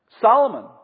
Solomon